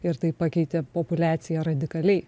ir tai pakeitė populiaciją radikaliai